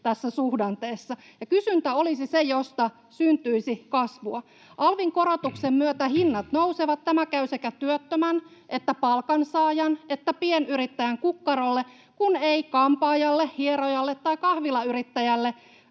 tässä suhdanteessa. Kysyntä olisi se, josta syntyisi kasvua. Alvin korotuksen myötä hinnat nousevat. Tämä käy sekä työttömän että palkansaajan että pienyrittäjän kukkarolle, kun ei kampaajalle, hierojalle tai kahvilayrittäjälle